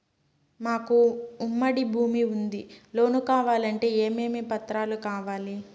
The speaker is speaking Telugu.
మాకు ఉమ్మడి భూమి ఉంది లోను కావాలంటే ఏమేమి పత్రాలు కావాలి?